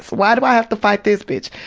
why do i have to fight this bitch?